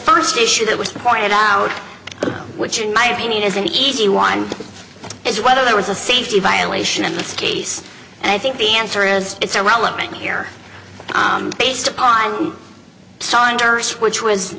first issue that was pointed out which in my opinion is an easy one is whether there was a safety violation in this case and i think the answer is it's irrelevant here based upon